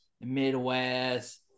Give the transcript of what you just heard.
Midwest